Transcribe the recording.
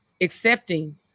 accepting